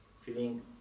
Feeling